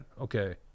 Okay